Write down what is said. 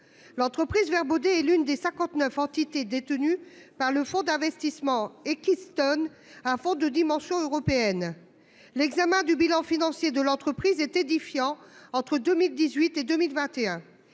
L'entreprise Vert boudé l'une des 59 entité détenue par le fonds d'investissement et Keystone un fond de dimension européenne. L'examen du bilan financier de l'entreprise est édifiant. Entre 2018 et 2021.